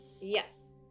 Yes